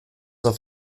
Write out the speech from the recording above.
auf